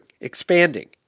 expanding